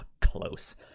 close